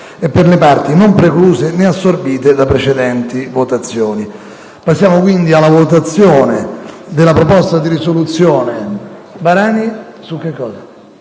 e per le parti non precluse né assorbite da precedenti votazioni. Passiamo quindi alla votazione della proposta di risoluzione... BARANI